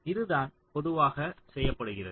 இதுதான் பொதுவாக செய்யப்படுகிறது